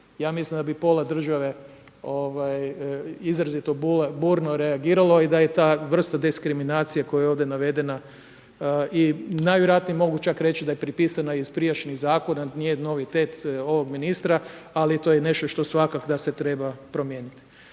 Ja mislim da bi pola države, izrazito burno reagiralo i da je ta vrsta diskriminacije koja je ovdje navedena i najvjerojatnije mogu čak reći da je prepisana iz prijašnjih zakona, nije novitet novog ministra, ali to je nešto svakako da se treba promijeniti.